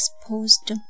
exposed